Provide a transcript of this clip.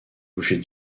bouchers